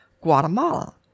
Guatemala